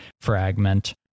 Fragment